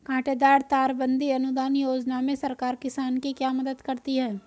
कांटेदार तार बंदी अनुदान योजना में सरकार किसान की क्या मदद करती है?